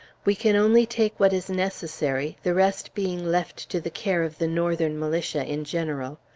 we can only take what is necessary, the rest being left to the care of the northern militia in general.